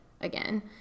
again